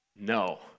No